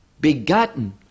begotten